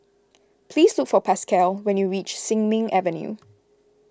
please look for Pasquale when you reach Sin Ming Avenue